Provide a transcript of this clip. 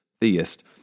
theist